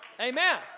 Amen